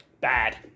bad